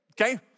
Okay